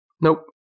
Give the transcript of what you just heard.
Nope